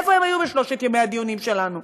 איפה הם היו בשלושת ימי הדיונים שלנו?